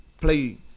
play